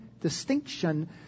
distinction